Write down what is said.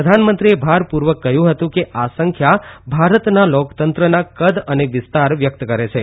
પ્રધાનમંત્રીએ ભાર પુર્વક કહ્યું હતું કે આ સંખ્યા ભારતના લોકતંત્રના કદ અને વિસ્તાર વ્યકત કરે છે